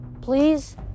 please